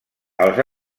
els